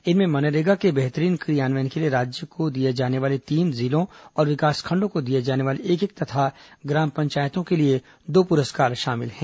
इनमें मनरेगा के बेहतरीन क्रियान्वयन के लिए राज्यों को दिए जाने वाले तीन जिलों और विकासखंडों को दिए जाने वाले एक एक तथा ग्राम पंचायतों के लिए दो प्रस्कार शामिल हैं